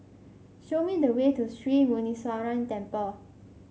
show me the way to Sri Muneeswaran Temple